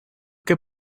que